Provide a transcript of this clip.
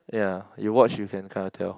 ya you watch you can kinda tell